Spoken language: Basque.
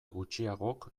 gutxiagok